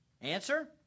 Answer